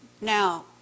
Now